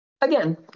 Again